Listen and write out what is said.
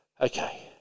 Okay